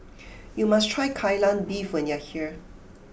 you must try Kai Lan Beef when you are here